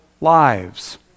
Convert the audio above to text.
lives